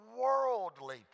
worldly